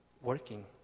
working